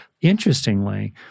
Interestingly